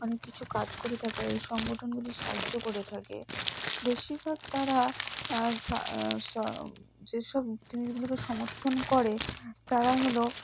অনেক কিছু কাজ করে থাকে আর এই সংগঠনগুলি সাহায্য করে থাকে বেশিরভাগ তারা সা সা যেসব জিনিসগুলোকে সমর্থন করে তারা হলো